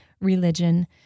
religion